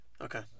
Okay